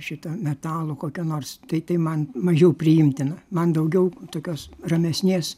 šito metalo kokio nors tai tai man mažiau priimtina man daugiau tokios ramesnės